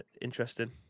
interesting